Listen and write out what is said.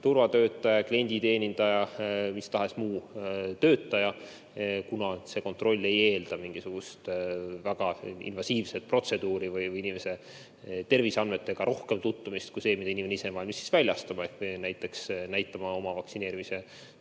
turvatöötaja, klienditeenindaja, mis tahes muu töötaja. See kontroll ei eelda mingisugust väga invasiivset protseduuri või inimese terviseandmetega rohkem tutvumist kui see, mida inimene ise on valmis teada andma, ehk näiteks näitama oma vaktsineerimise